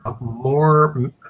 more